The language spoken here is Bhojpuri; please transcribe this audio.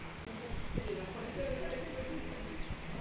मसीक लोन लेवे खातिर का का दास्तावेज लग ता?